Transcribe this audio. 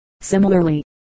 Similarly